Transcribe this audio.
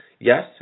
Yes